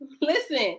Listen